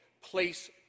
place